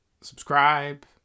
subscribe